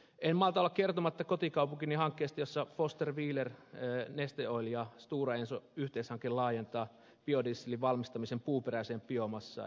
en malta olla kertomatta kotikaupunkini hankkeesta jossa foster wheelerin neste oilin ja stora enson yhteishanke laajentaa biodieselin valmistamisen puuperäiseen biomassaan